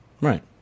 right